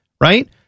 right